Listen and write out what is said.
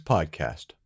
Podcast